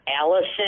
Allison